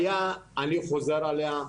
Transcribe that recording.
אני חוזר על הבעיה,